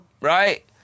Right